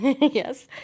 yes